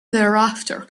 thereafter